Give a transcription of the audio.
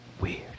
weird